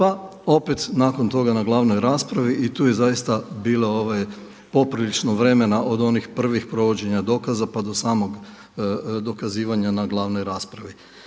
pa opet nakon toga na glavnoj raspravi i tu je zaista bilo poprilično vremena od onih prvih provođenja dokaza pa do samog dokazivanja na glavnoj raspravi.